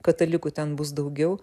katalikų ten bus daugiau